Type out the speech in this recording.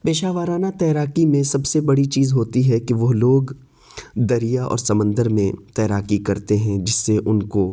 پیشہ وارانہ تیراکی میں سب سے بڑی چیز ہوتی ہے کہ وہ لوگ دریا اور سمندر میں تیراکی کرتے ہیں جس سے ان کو